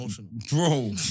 Bro